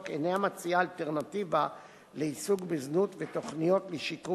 אינה מציעה אלטרנטיבה לעיסוק בזנות ותוכניות לשיקום